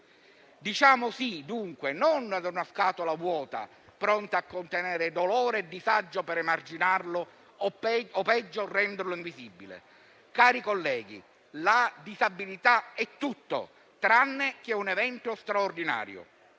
Diciamo sì, dunque, non ad una scatola vuota pronta a contenere dolore e disagio per emarginarlo o, peggio, renderlo invisibile. Cari colleghi, la disabilità è tutto tranne che un evento straordinario.